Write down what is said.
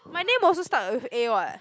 my name also start with A what